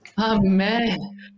Amen